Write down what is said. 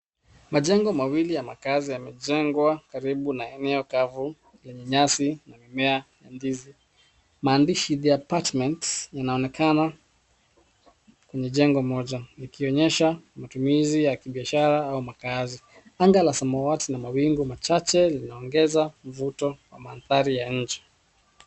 Majengo mawili ya makazi yamejengwa karibu na eneo kavu yenye nyasi ,mimea, ndizi. Maandishi ya apartments inaonekana kwenye jengo moja ikionyesha matumizi ya biashara au makazi. Anga la samawati na mawingu machache inaongeza mvuto wa mandhari ya nje.